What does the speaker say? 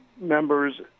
members